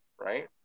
Right